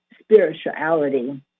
spirituality